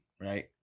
right